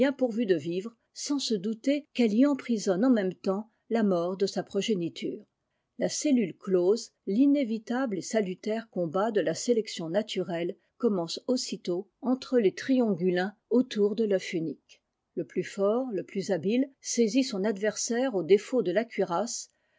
pourvue de vivres sans se douter elle y emprisonne en même temps la mort de sa progéniture jl cellule close l'inévitable et salutaire combat de la sélection naturelle commence aussitôt entre les trîongulins autour de tœuf unique le plus fort le plus habile saisit son adversaire au défaut de la cuirasse